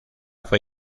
fue